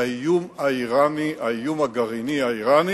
האיום האירני, האיום הגרעיני האירני.